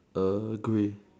a grey